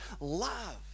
love